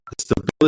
stability